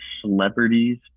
celebrities